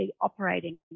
operating